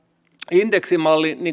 indeksimallin